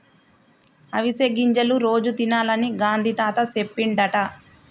అవిసె గింజలు రోజు తినాలని గాంధీ తాత చెప్పిండట